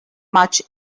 much